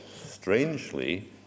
strangely